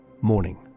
Morning